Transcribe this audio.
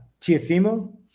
Tiafimo